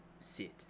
Sit